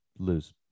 Lose